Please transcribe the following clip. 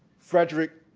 frederick,